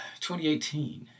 2018